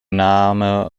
name